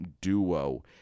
duo